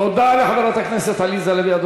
תודה לחברת הכנסת עליזה לביא.